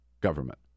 government